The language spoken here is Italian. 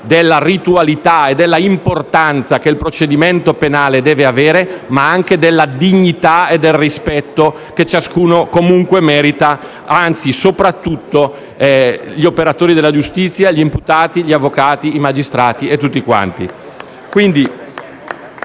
della ritualità e dell'importanza che il procedimento penale deve avere, nella dignità e nel rispetto che ciascuno comunque merita; soprattutto gli operatori della giustizia, gli imputati, gli avvocati e i magistrati. *(Applausi